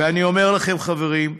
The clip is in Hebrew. ואני אומר לכם, חברים,